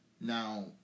Now